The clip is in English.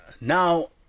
now